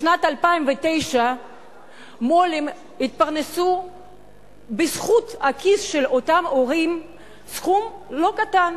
בשנת 2009 מו"לים התפרנסו בזכות הכיס של אותם הורים סכום לא קטן: